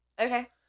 Okay